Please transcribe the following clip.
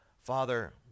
Father